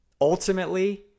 ultimately